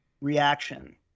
reaction